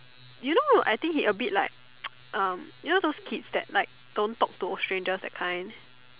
you know I think he a bit like um you know those kids that like don't talk to strangers that kind